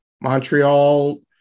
Montreal